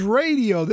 radio